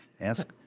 ask